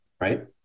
right